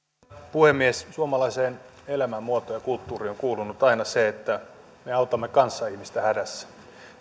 puhemies suomalaiseen elämänmuotoon ja kulttuuriin on kuulunut aina se että me autamme kanssaihmistä hädässä